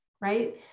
right